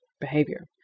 behavior